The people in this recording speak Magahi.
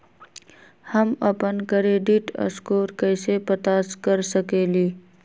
हम अपन क्रेडिट स्कोर कैसे पता कर सकेली?